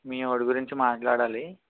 మీవాడు గురించి మాట్లాడాలి